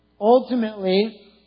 Ultimately